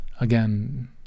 again